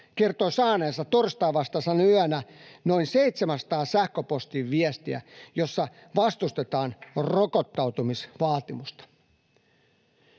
kertoi saaneensa torstain vastaisena yönä noin 700 sähköpostiviestiä, joissa vastustetaan rokottautumisvaatimusta?